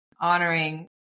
honoring